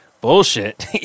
bullshit